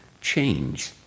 change